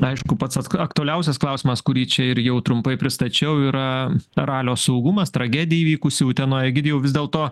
aišku pats aktualiausias klausimas kurį čia ir jau trumpai pristačiau yra ralio saugumas tragedija įvykusi utenoj egidijau vis dėlto